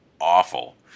awful